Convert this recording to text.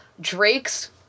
Drake's